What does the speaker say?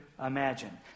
imagine